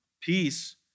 Peace